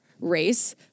race